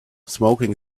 smoking